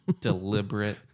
deliberate